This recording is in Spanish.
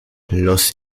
los